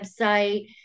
website